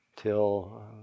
till